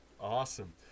Awesome